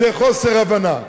זה חוסר ההבנה.